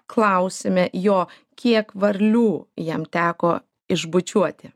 klausime jo kiek varlių jam teko išbučiuoti